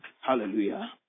hallelujah